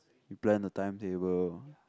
you plan the timetable